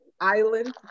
Island